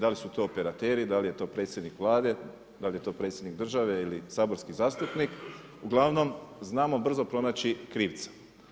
Da li su to operateri, da li je to predsjednik Vlade, da li je to predsjednik države ili saborski zastupnik, uglavnom znamo brzo pronaći krivca.